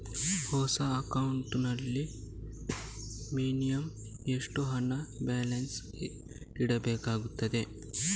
ಹೊಸ ಅಕೌಂಟ್ ನಲ್ಲಿ ಮಿನಿಮಂ ಎಷ್ಟು ಹಣ ಬ್ಯಾಲೆನ್ಸ್ ಇಡಬೇಕಾಗುತ್ತದೆ?